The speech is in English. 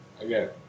Again